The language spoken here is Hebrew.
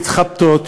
מתחבטות,